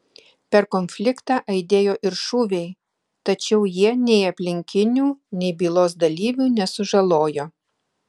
per konfliktą aidėjo ir šūviai tačiau jie nei aplinkinių nei bylos dalyvių nesužalojo